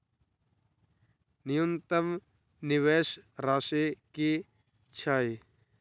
न्यूनतम निवेश राशि की छई?